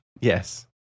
Yes